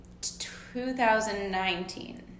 2019